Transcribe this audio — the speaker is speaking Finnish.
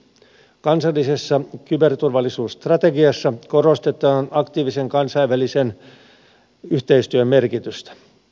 kansallisessa kyberturvallisuusstrategiassa korostetaan aktiivisen kansainvälisen yhteistyön merkitystä